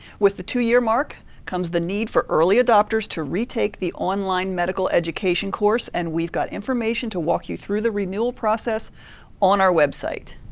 with the two-year mark comes the need for early adopters to retake the online medical education course and we've got information to walk you through the renewal process on our website.